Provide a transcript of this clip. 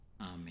amen